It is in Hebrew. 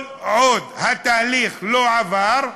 כל עוד התהליך לא עבר,